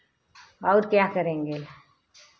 और क्या करेंगे